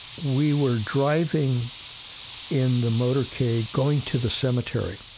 we were driving in the motorcade going to the cemetery,